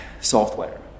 software